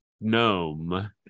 gnome